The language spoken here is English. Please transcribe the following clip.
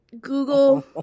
Google